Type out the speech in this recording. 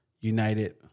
United